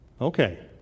Okay